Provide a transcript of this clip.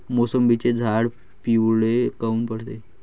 मोसंबीचे झाडं पिवळे काऊन पडते?